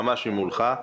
ממש ממולך,